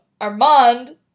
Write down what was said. Armand